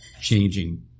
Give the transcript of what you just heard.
changing